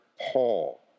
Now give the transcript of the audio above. Paul